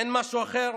אין משהו אחר?